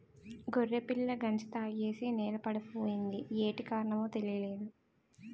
గొర్రెపిల్ల గంజి తాగేసి నేలపడిపోయింది యేటి కారణమో తెలీదు